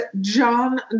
john